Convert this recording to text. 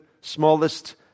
smallest